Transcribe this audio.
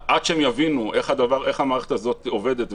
עד שהם יבינו איך המערכת הזאת עובדת,